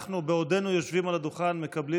בעודנו יושבים על הדוכן אנחנו מקבלים